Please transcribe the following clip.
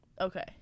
Okay